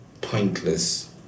pointless